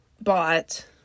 bought